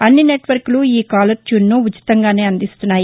అన్ని నెట్ వర్క్లు ఈ కాలర్ ట్యూన్ను ఉచితంగానే అందిస్తున్నాయి